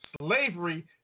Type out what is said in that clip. slavery